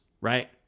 right